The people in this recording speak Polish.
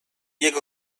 jego